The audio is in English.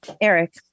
Eric